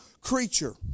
creature